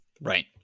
Right